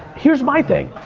here's my thing,